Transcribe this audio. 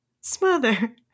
smother